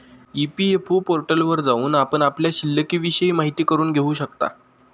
EPFO पोर्टलवर जाऊन आपण आपल्या शिल्लिकविषयी माहिती करून घेऊ शकता